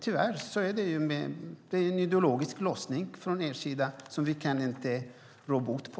Tyvärr är det en ideologisk låsning från Vänsterpartiets sida som vi inte kan råda bot på.